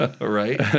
Right